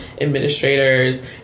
administrators